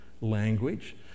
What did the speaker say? language